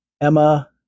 Emma